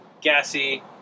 gassy